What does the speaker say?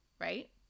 Right